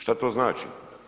Šta to znači?